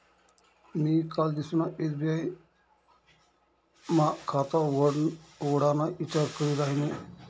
मी कालदिसना एस.बी.आय मा खाता उघडाना ईचार करी रायनू